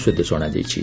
ସ୍ପଦେଶ ଅଣାଯାଇଛି